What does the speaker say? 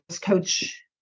coach